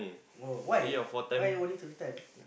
no why why only theatre